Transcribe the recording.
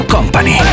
Company